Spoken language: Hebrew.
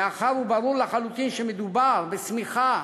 מאחר שברור לחלוטין שמדובר בשמיכה